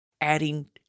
adding